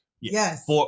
Yes